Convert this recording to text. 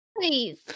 please